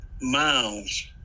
miles